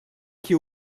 qui